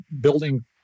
building